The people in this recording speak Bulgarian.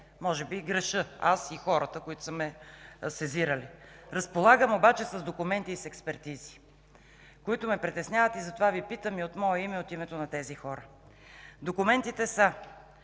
може би грешим, аз и хората, които са ме сезирали. Разполагам обаче с документи и с експертизи, които ме притесняват. Затова Ви питам от мое име и от името на тези хора. Документите са: